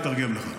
היא תתרגם לך.